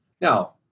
Now